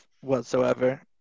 whatsoever